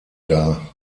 dar